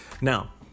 Now